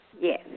Yes